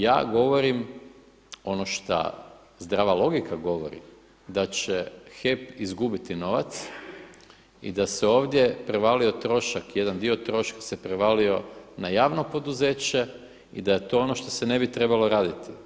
Ja govorim ono šta zdrava logika govori da će HEP izgubiti novac i da se ovdje prevalio trošak, jedan dio troška se prevalio na javno poduzeće i da je to ono što se ne bi trebalo raditi.